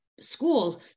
schools